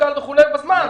חשכ"ל וכולי בזמן,